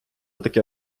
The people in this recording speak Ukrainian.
таке